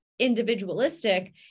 individualistic